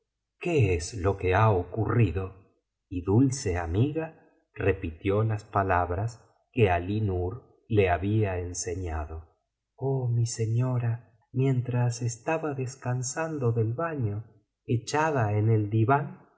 qué es lo que ha ocurrido y dulce amiga repitió las palabras que alínur le había enseñado oh mi señora mientras estaba descansando del baño echada en el diván